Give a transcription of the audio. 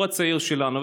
הצעיר שלנו.